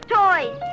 toys